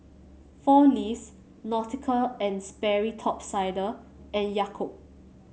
Four Leaves Nautica And Sperry Top Sider and Yakult